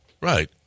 Right